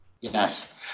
Yes